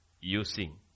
using